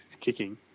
kicking